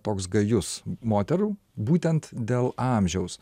toks gajus moterų būtent dėl amžiaus